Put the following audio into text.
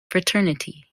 fraternity